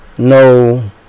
No